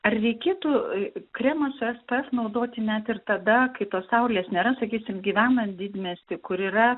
ar reikėtų kremą su spf naudoti net ir tada kai to saulės nėra sakysim gyvenant didmiesty kur yra